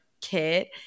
Kit